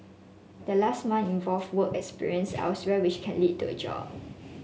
the last month involve work experience elsewhere which can lead to a job